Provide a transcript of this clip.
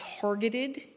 targeted